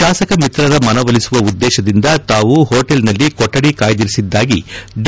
ಶಾಸಕ ಮಿತ್ರರ ಮನವೊಲಿಸುವ ಉದ್ದೇಶದಿಂದ ತಾವು ಹೋಟೆಲ್ನಲ್ಲಿ ಕೊಠಡಿ ಕಾಯ್ದಿರಿಸಿದ್ದಾಗಿ ಡಿ